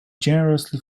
generously